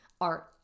art